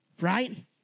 Right